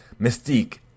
Mystique